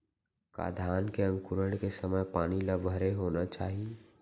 का धान के अंकुरण के समय पानी ल भरे होना चाही?